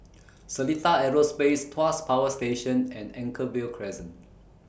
Seletar Aerospace Tuas Power Station and Anchorvale Crescent